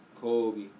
Kobe